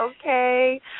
okay